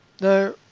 Now